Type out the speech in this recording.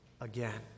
again